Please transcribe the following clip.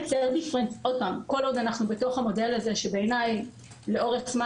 כל עוד אנחנו בתוך המודל הזה שבעיניי לאורך זמן